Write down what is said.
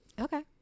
Okay